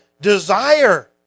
desire